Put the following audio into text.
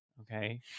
Okay